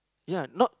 ya not